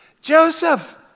Joseph